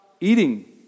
eating